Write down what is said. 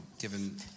given